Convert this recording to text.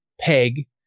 peg